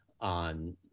on